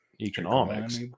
economics